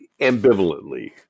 Ambivalently